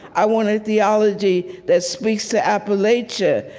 i want a theology that speaks to appalachia.